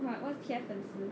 what what's 铁粉丝